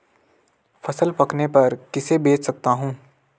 फसल पकने पर किसे बेच सकता हूँ?